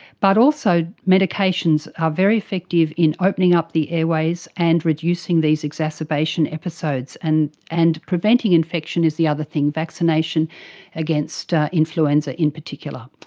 but also medications are very effective in opening up the airways and reducing these exacerbation episodes. and and preventing infection is the other thing, vaccination against influenza in particular.